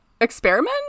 experiment